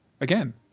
again